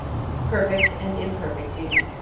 perfect and imperfect duty.